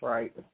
Right